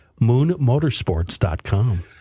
moonmotorsports.com